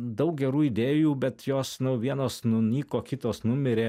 daug gerų idėjų bet jos nu vienos nunyko kitos numirė